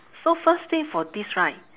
so first thing for this right